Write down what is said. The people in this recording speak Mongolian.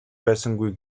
байсангүй